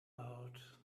out